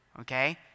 okay